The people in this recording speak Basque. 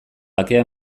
bakea